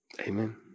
amen